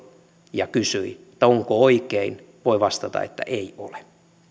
ja kysyi onko oikein voi vastata että ei ole